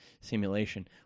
simulation